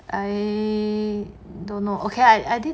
I don't know okay I did